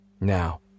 Now